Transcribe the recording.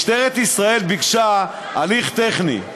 משטרת ישראל ביקשה הליך טכני.